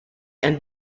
and